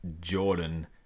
Jordan